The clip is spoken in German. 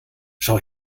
schau